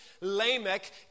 Lamech